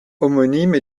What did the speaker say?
homonyme